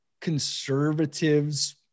conservatives